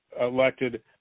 elected